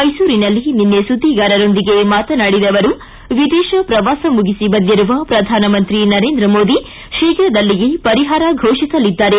ಮೈಸೂರಿನಲ್ಲಿ ನಿನ್ನೆ ಸುದ್ವಿಗಾರರೊಂದಿಗೆ ಮಾತನಾಡಿದ ಅವರು ವಿದೇಶ ಪ್ರವಾಸ ಮುಗಿಸಿ ಬಂದಿರುವ ಪ್ರಧಾನಮಂತ್ರಿ ನರೇಂದ್ರ ಮೋದಿ ಶೀಘದಲ್ಲಿಯೇ ಪರಿಹಾರ ಘೋಷಿಸಲಿದ್ದಾರೆ